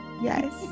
Yes